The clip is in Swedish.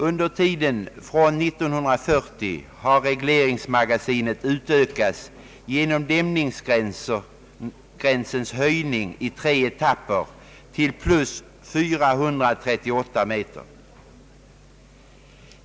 Under tiden från 1940 har regleringsmagasinet utökats genom dämningsgränsens höjning i tre etapper till plus 438 meter.